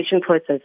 process